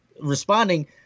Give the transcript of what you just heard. responding